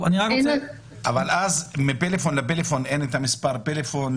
אבל אז מפלאפון לפלאפון אין את המספר פלאפון,